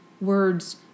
words